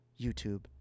YouTube